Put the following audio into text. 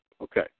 Okay